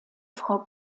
frau